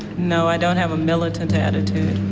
no, i don't have a militant attitude